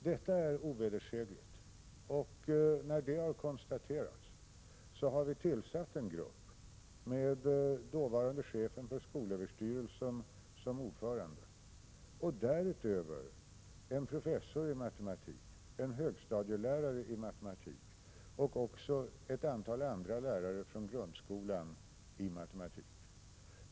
Detta är ovedersägligt, och när det har konstaterats har vi tillsatt en grupp med dåvarande chefen för skolöverstyrelsen som ordförande och därutöver en professor i matematik, en högstadielärare i matematik och ett antal andra lärare i matematik från grundskolan.